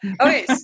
Okay